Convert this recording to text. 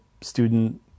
student